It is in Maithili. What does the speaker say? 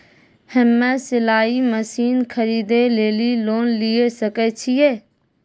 हम्मे सिलाई मसीन खरीदे लेली लोन लिये सकय छियै?